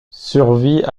survit